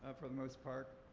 ah for the most part.